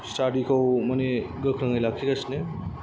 स्टादि खौ माने गोख्रोङै लाखिगासिनो